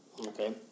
okay